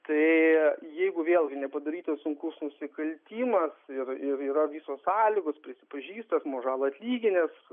tai jeigu vėlgi nepadarytas sunkus nusikaltimas ir yra visos sąlygos prisipažįsta asmuo žalą atlyginęs